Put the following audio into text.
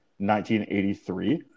1983